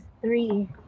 three